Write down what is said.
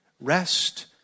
rest